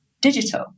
digital